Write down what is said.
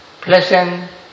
pleasant